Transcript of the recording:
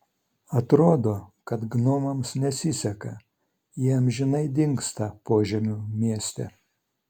atrodo kad gnomams nesiseka jie amžinai dingsta požemių mieste